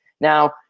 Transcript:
Now